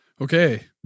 Okay